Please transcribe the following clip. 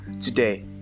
today